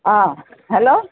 অ hello